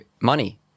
money